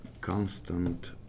constant